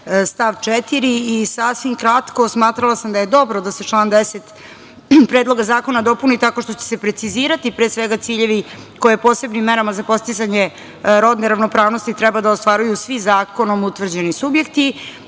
stav 4.Sasvim kratko. Smatrala sam da je dobro da se član 10. Predloga zakona dopuni tako što će se precizirati, pre svega, ciljevi koje posebnim merama za postizanje rodne ravnopravnosti treba da ostvaruju svi zakonom utvrđeni subjekti.